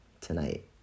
tonight